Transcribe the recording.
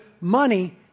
money